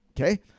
Okay